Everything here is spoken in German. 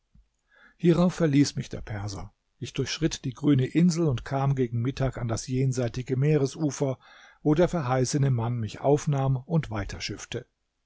hierauf verließ mich der perser ich durchschritt die grüne insel und kam gegen mittag an das jenseitige meeresufer wo der verheißene mann mich aufnahm und weiter schiffte